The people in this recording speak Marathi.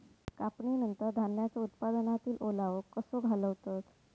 कापणीनंतर धान्यांचो उत्पादनातील ओलावो कसो घालवतत?